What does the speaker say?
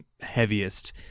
heaviest